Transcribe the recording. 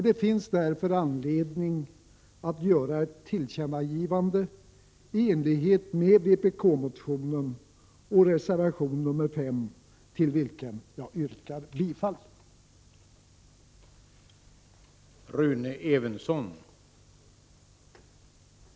Det finns därför anledning att göra ett tillkännagivande i enlighet med vpk-motionen och reservation 5, vilken jag yrkar bifall till.